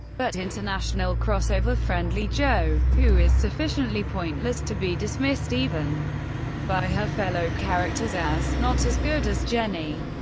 but international crossover-friendly jo, who is sufficiently pointless to be dismissed even by her fellow characters as not as good as jenny.